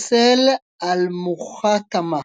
السلاسل المحطمة